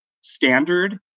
standard